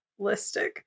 Listic